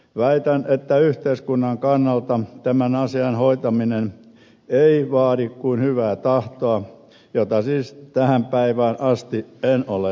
väitän että yhteiskunnan kannalta tämän asian hoitaminen ei vaadi kuin hyvää tahtoa jota siis tähän päivään asti en ole löytänyt